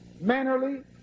mannerly